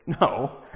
no